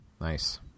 Nice